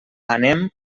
anem